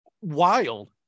wild